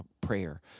prayer